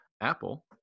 Apple